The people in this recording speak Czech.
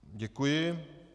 Děkuji.